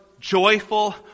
joyful